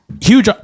huge